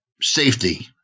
safety